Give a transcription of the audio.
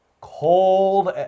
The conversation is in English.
cold